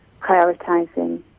prioritizing